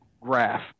graph